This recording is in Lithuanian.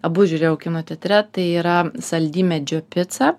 abu žiūrėjau kino teatre tai yra saldymedžio pica